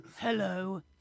Hello